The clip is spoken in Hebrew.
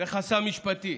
ומחסם משפטי.